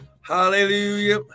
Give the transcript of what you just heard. Hallelujah